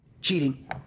Cheating